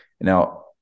Now